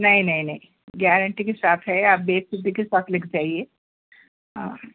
نہیں نہیں نہیں گارنٹی کے ساتھ ہے آپ بے فِکری کے ساتھ لے کے جائیے ہاں